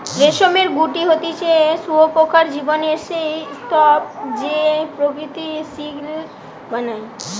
রেশমের গুটি হতিছে শুঁয়োপোকার জীবনের সেই স্তুপ যে প্রকৃত সিল্ক বানায়